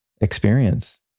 experience